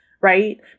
Right